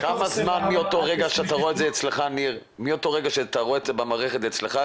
שעות עד --- תוך כמה זמן מאותו רגע שאתה רואה את זה במערכת אצלך,